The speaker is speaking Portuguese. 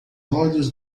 olhos